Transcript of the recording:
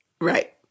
Right